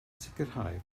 sicrhau